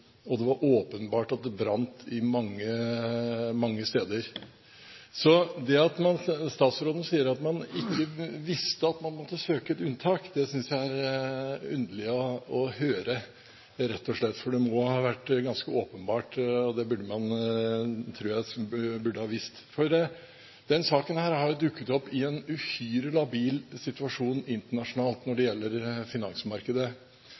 og det var åpenbart at det brant mange steder. Det at statsråden sier at man ikke visste at man måtte søke et unntak, synes jeg er underlig å høre – rett og slett – for det må ha vært ganske åpenbart, og det tror jeg man burde ha visst. Denne saken har dukket opp i en uhyre labil situasjon internasjonalt når det gjelder finansmarkedet.